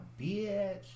bitch